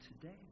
today